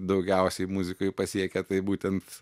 daugiausiai muzikoj pasiekę tai būtent